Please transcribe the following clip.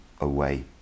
away